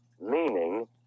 meaning